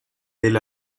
del